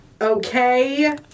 Okay